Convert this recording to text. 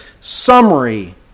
summary